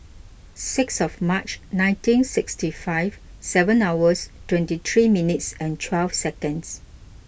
six of March nineteen sixty five seven hours twenty three minutes and twelve seconds